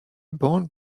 bonne